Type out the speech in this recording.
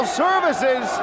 services